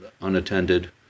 unattended